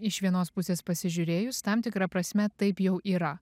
iš vienos pusės pasižiūrėjus tam tikra prasme taip jau yra